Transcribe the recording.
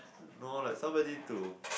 no like somebody to